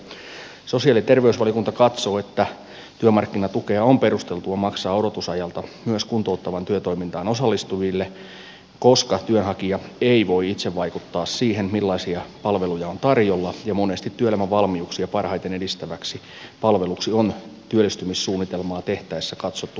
sosiaali ja terveysvaliokunta katsoo että työmarkkinatukea on perusteltua maksaa odotusajalta myös kuntouttavaan työtoimintaan osallistuville koska työnhakija ei voi itse vaikuttaa siihen millaisia palveluja on tarjolla ja monesti työelämävalmiuksia parhaiten edistäväksi palveluksi on työllistymissuunnitelmaa tehtäessä katsottu kuntouttava työtoiminta